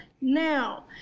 now